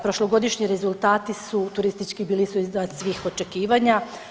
Prošlogodišnji rezultati su turistički bili su iznad svih očekivanja.